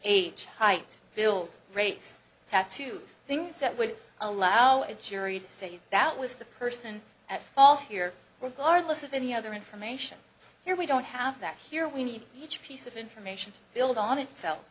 age height bill rates tattoos things that would allow a jury to say that was the person at fault here regardless of any other information here we don't have that here we need each piece of information to build on it